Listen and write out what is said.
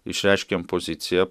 išreiškėm poziciją